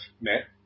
met